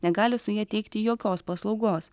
negali su ja teikti jokios paslaugos